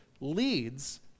leads